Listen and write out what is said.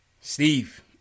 Steve